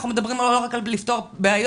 אנחנו מדברים לא רק על לפתור בעיות,